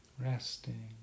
Resting